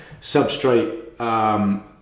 substrate